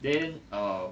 then err